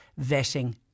vetting